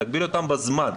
תגביל אותם בזמן,